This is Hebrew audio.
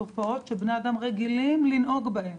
תופעות שבני אדם רגילים לנהוג בהן